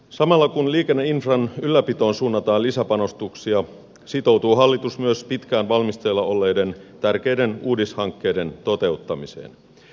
samalla kun liikenneinfran ylläpitoon suunnataan lisäpanostuksia sitoutuu hallitus myös pitkään valmisteilla olleiden tärkeiden uudishankkeiden toteuttamiseen